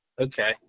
Okay